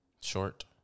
short